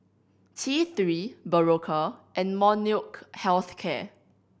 T Three Berocca and Molnylcke Health Care